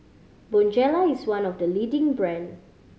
Bonjela is one of the leading brand